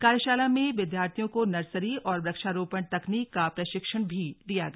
कार्यशाला में विद्यार्थियों को नर्सरी और वृक्षारोपण तकनीक का प्रशिक्षण भी दिया गया